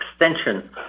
extension